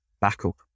backup